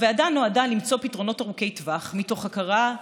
הוועדה נועדה למצוא פתרונות ארוכי טווח מתוך הכרה,